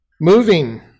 Moving